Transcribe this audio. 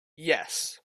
yes